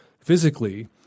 physically